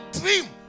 dream